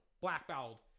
blackballed